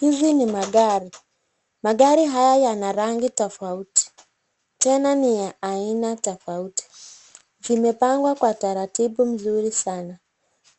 Hizi ni magari. Magari haya yana rangi tofauti. Tena ni ya aina tofauti. Zimepangwa kwa taratibu mzuri sanaa.